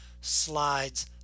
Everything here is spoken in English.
slides